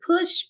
push